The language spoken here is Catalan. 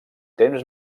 temps